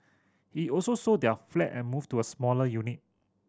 he also sold their flat and moved to a smaller unit